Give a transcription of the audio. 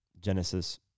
Genesis